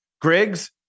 Griggs